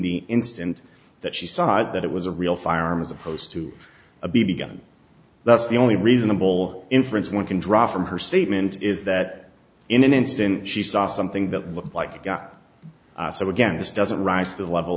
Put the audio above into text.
the instant that she saw that it was a real firearm as opposed to a b b gun and that's the only reasonable inference one can draw from her statement is that in an instant she saw something that looked like a guy so again this doesn't rise to the level